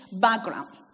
background